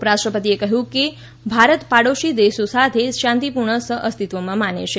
ઉપરાષ્ટ્રપતિએ કહ્યું કે ભારત પડોશી દેશો સાથે શાંતિપૂર્ણ સહઅસ્તિત્વમાં માને છે